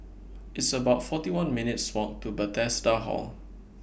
It's about forty one minutes' Walk to Bethesda Hall